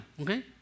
okay